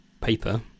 paper